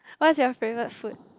what's your favourite food